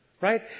right